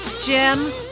Jim